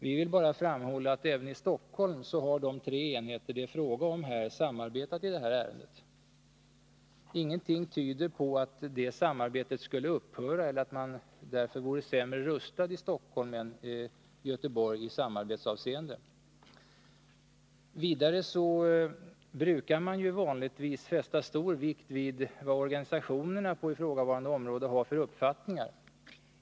Vi vill bara framhålla att även i Stockholm har de tre enheter det är fråga om samarbetat i detta ärende. Ingenting tyder på att det samarbetet skulle upphöra eller att man därför vore sämre rustad i Stockholm än i Göteborg i samarbetshänseende. Vidare brukar man vanligtvis fästa stor vikt vid vad organisationerna på ifrågavarande område har för uppfattningar.